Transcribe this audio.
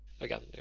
again